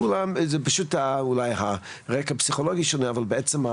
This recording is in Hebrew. פשוט אולי הרקע הפסיכולוגי שונה, אבל בעצם,